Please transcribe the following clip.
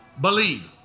believe